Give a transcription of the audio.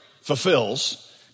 fulfills